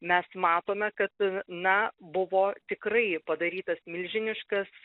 mes matome kad na buvo tikrai padarytas milžiniškas